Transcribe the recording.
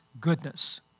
goodness